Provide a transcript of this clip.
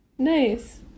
Nice